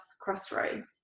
crossroads